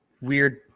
weird